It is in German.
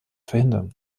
verhindern